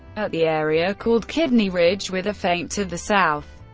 at the area called kidney ridge, with a feint to the south.